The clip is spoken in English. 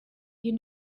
you